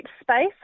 space